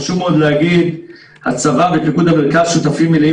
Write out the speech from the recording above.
חשוב מאוד להגיד שהצבא ופיקוד מרכז שותפים מלאים